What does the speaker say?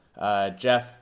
Jeff